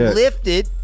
lifted